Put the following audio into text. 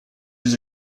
his